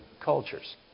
cultures